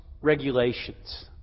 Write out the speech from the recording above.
regulations